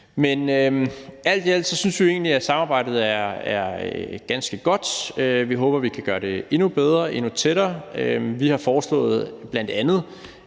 Alt i alt synes vi egentlig, at samarbejdet er ganske godt. Vi håber, vi kan gøre det endnu bedre og endnu tættere. Vi har foreslået, at man